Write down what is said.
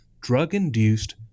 drug-induced